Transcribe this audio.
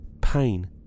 pain